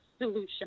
solution